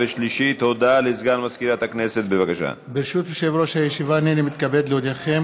ובכן, 24 בעד, אין מתנגדים ואין נמנעים.